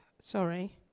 Sorry